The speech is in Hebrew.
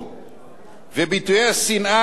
את כל הניכור וביטויי השנאה שמצויים בקרב